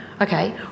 Okay